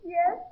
Yes